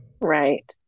Right